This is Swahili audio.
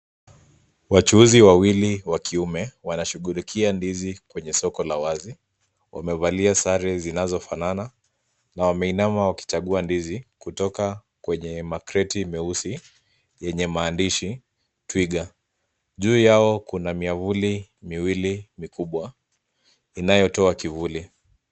Wachuuzi wawili wa kiume wanashughulikia ndizi mbichi kwenye soko la wazi. Wamevalia sare zinazofanana na wameinama wakichagua ndizi kutoka kwenye makreti meusi yenye maandishi twiga. Juu yao kuna miavuli miwili mikubwa inayotoa kivuli.